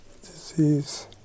disease